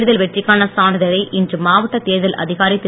தேர்தல் வெற்றிக்கான சான்றிதழை இன்று மாவட்ட தேர்தல் அதிகாரி திரு